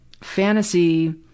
fantasy